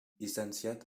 llicenciat